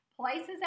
places